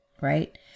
right